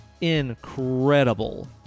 incredible